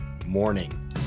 Morning